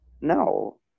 No